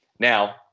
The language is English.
Now